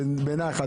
בנחת,